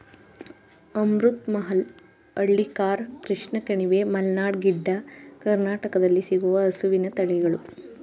ಅಮೃತ್ ಮಹಲ್, ಹಳ್ಳಿಕಾರ್, ಕೃಷ್ಣ ಕಣಿವೆ, ಮಲ್ನಾಡ್ ಗಿಡ್ಡ, ಕರ್ನಾಟಕದಲ್ಲಿ ಸಿಗುವ ಹಸುವಿನ ತಳಿಗಳು